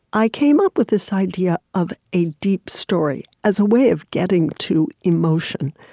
i came up with this idea of a deep story as a way of getting to emotion